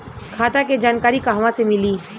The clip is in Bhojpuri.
खाता के जानकारी कहवा से मिली?